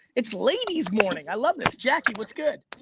it's ladies morning. i love this. jackie, what's good?